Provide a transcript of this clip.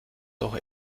doch